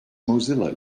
mozilla